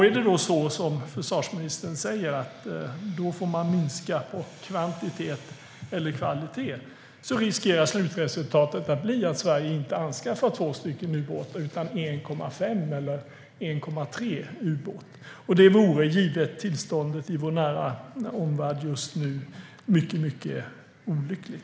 Är det då så som försvarsministern säger, att man i så fall får minska på kvantitet eller kvalitet, riskerar slutresultatet att bli att Sverige inte anskaffar två ubåtar utan 1,5 eller 1,3 ubåtar. Och det vore givet tillståndet i vår nära omvärld just nu mycket olyckligt.